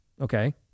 okay